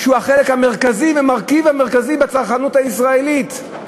שהוא החלק המרכזי והמרכיב המרכזי בצרכנות הישראלית.